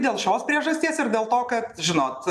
dėl šios priežasties ir dėl to kad žinot